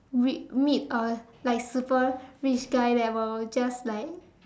rea~ meet a like super rich guy that will just like